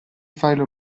file